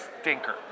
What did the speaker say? stinker